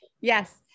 Yes